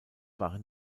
waren